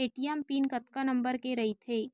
ATM PIN कतका number के रही थे?